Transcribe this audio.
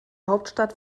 hauptstadt